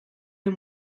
ten